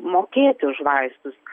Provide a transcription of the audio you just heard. mokėti už vaistus